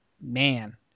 man